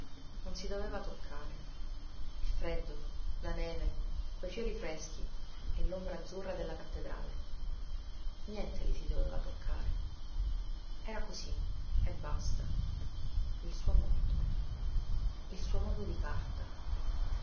non si doveva toccare il freddo la neve quei fiori freschi e l'ombra azzurra della cattedrale niente lí si doveva toccare era cosí e basta il suo mondo il suo mondo di carta